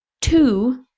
two